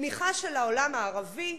תמיכה של העולם הערבי,